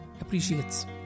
appreciates